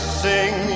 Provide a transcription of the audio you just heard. sing